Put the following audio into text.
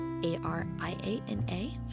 A-R-I-A-N-A